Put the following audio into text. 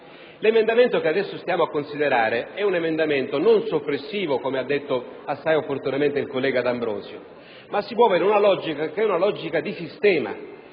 L'emendamento che stiamo considerando è un emendamento non soppressivo, come ha detto assai opportunamente il collega D'Ambrosio, ma che risponde ad una logica che è di sistema.